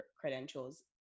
credentials